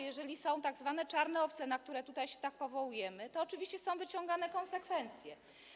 Jeżeli są tzw. czarne owce, na co tutaj się powołujemy, to oczywiście są wyciągane konsekwencje.